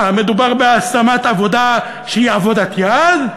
מה, מדובר בהשמת עבודה שהיא עבודת יד?